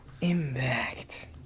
Impact